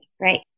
right